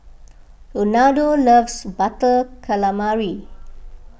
Ronaldo loves Butter Calamari